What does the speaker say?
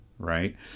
Right